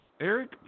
Eric